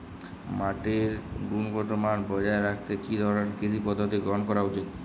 মাটির গুনগতমান বজায় রাখতে কি ধরনের কৃষি পদ্ধতি গ্রহন করা উচিৎ?